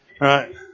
right